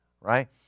Right